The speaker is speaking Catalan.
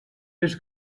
més